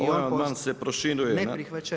Ovaj amandman se proširuje [[Upadica predsjednik: Ne prihvaća ili prihvaća?]] Prihvaća.